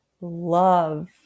love